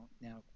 now